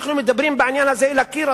אנחנו מדברים בעניין הזה אל הקיר,